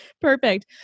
Perfect